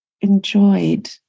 enjoyed